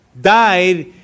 died